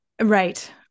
Right